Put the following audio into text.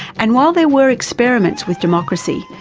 and while there were experiments with democracy,